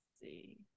see